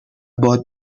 باد